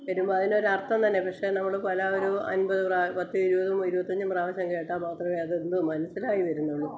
വരുമ്പം അതിനൊരര്ത്ഥം തന്നെ പക്ഷേ നമ്മള് പല ഒരു അന്പത് പ്രാ പത്ത് ഇരുപതും ഇരുപത്തഞ്ചും പ്രാവശ്യം കേട്ടാല് മാത്രമേ അത് ഒന്ന് മനസ്സിലായി വരുന്നുള്ളൂ